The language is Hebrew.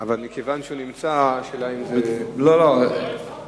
מכיוון שהוא נמצא, השאלה אם, זה לא אצלך?